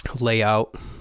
layout